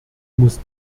muss